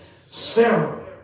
Sarah